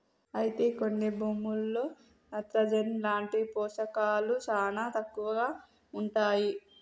అయితే కొన్ని భూముల్లో నత్రజని లాంటి పోషకాలు శానా తక్కువగా ఉంటాయి